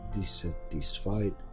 dissatisfied